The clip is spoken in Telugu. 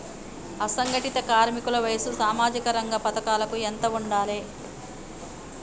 అసంఘటిత కార్మికుల వయసు సామాజిక రంగ పథకాలకు ఎంత ఉండాలే?